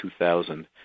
2000